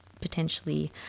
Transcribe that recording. potentially